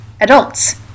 adults